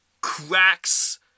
cracks